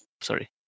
sorry